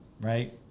right